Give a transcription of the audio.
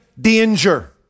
danger